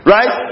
Right